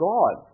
God